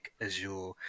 Azure